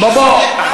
בואו,